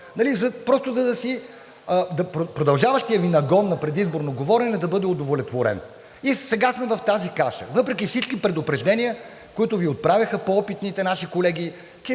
просто продължаващият Ви нагон на предизборно говорене да бъде удовлетворен. И сега сме в тази каша въпреки всички предупреждения, които Ви отправяха по-опитните наши колеги, че